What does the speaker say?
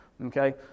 okay